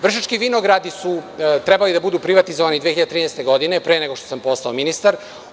Vršački vinogradi su trebali da budu privatizovani 2013. godine, pre nego što sam postao ministar.